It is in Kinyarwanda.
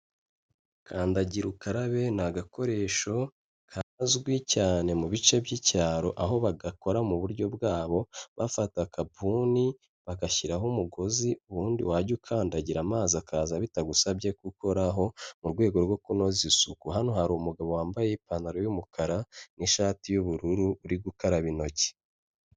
Kandagira ukarabe ni agakoresho kazwi cyane mu bice by'icyaro, aho bagakora mu buryo bwabo, bafata akabuni bagashyiraho umugozi ubundi wajya ukandagira amazi akaza bitagusabye ko ukoraho mu rwego rwo kunoza isuku. Hano hari umugabo wambaye ipantaro y'umukara n'ishati y'ubururu uri gukaraba intoki.